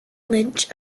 lynch